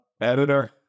Editor